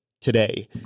today